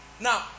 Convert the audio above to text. Now